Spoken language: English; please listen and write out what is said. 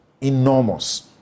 enormous